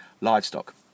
livestock